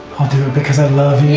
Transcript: because i love